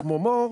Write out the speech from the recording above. כמו מור,